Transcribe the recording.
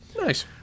Nice